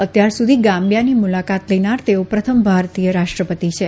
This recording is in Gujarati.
અત્યાર સુધી ગામ્બીયાની મુલાકાત લેનાર તેઓ પ્રથમ ભારતીય રાષ્ટ્રપતિ છે